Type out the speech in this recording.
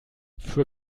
für